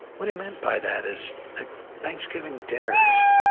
what he meant by that is, that thanksgiving dinners,